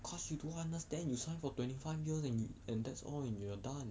cause you don't understand you sign for twenty five years and and that's all and you are done